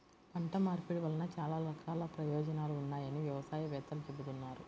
పంట మార్పిడి వలన చాలా రకాల ప్రయోజనాలు ఉన్నాయని వ్యవసాయ వేత్తలు చెబుతున్నారు